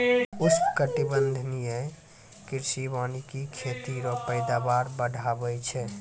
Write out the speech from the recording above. उष्णकटिबंधीय कृषि वानिकी खेत रो पैदावार बढ़ाबै छै